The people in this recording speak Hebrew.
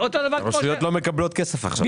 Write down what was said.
הרשויות לא מקבלות כסף עכשיו.